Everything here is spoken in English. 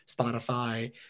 Spotify